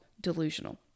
delusional